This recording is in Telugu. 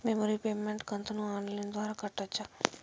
మేము రీపేమెంట్ కంతును ఆన్ లైను ద్వారా కట్టొచ్చా